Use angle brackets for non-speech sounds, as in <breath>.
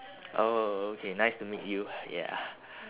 oh okay nice to meet you <breath> yeah